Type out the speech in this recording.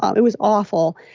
um it was awful.